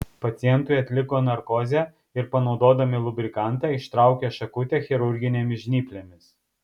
pacientui atliko narkozę ir panaudodami lubrikantą ištraukė šakutę chirurginėmis žnyplėmis